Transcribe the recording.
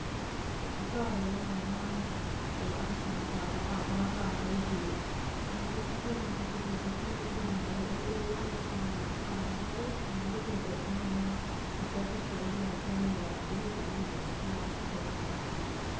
card भला जियां Ayushman card आवा कार्ड़ होइये मतलव गौरमैंट नै तकरीब बड़ियां गै एहे जेह्ड़े आयुष्मान कार्ड़ ऐ साढ़े जियां लोकें दे परेशन होने हून अध्दा खर्चा होई जंदा दवाइयें दा अध्दै रेटा पर मिली जंदियां स्हानू हस्पिटल जाना होए ते